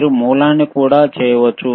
మీరు మూలాన్ని కూడా చేయవచ్చు